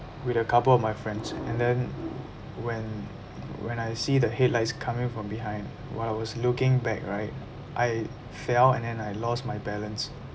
with a couple of my friends and then when when I see the headlights coming from behind while I was looking back right I fell in and then I lost my balance